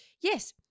yes